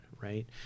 right